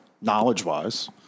knowledge-wise